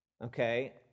Okay